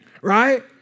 Right